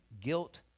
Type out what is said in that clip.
guilt